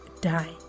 die